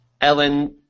Ellen